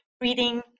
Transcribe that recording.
reading